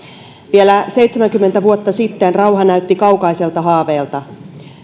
vielä seitsemänkymmentä vuotta sitten rauha näytti kaukaiselta haaveelta